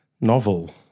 novel